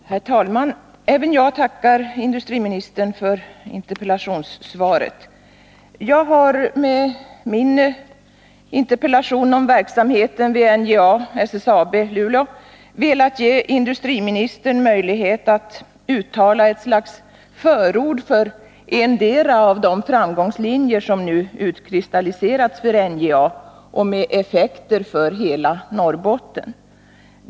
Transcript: Herr talman! Även jag tackar industriministern för interpellationssvaret. Jag har med min interpellation om verksamheten vid NJA/SSAB i Luleå velat ge industriministern möjlighet att uttala ett slags förord för endera av de framgångslinjer som nu har utkristalliserats för NJA och med effekter för hela Norrbotten.